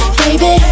baby